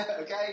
okay